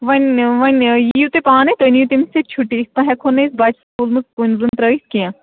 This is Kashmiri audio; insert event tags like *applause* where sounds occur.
وۄنۍ وۄنۍ یِیو تُہۍ پانَے تُہۍ نِیِو تٔمِس ییٚتہِ چھُٹی تۄہہِ ہٮ۪کہٕ ہون نہٕ أسۍ بَچہٕ *unintelligible* ترٛٲیِتھ کُن زُن ترٛٲیِتھ کیٚنہہ